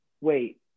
wait